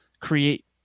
create